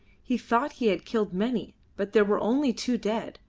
he thought he had killed many, but there were only two dead,